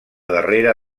darrere